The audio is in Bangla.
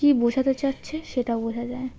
কি বোঝাতে চাচ্ছে সেটাও বোঝা যায়